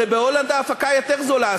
הרי בהולנד ההפקה יותר זולה,